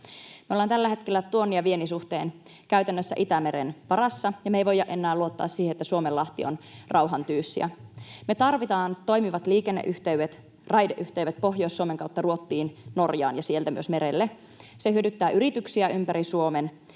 Me ollaan tällä hetkellä tuonnin ja viennin suhteen käytännössä Itämeren varassa. Me ei voida enää luottaa siihen, että Suomenlahti on rauhan tyyssija. Me tarvitaan toimivat liikenneyhteydet, raideyhteydet Pohjois-Suomen kautta Ruotsiin, Norjaan ja sieltä myös merelle. Se hyödyttää yrityksiä ympäri Suomen